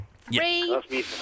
Three